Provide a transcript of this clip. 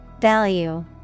Value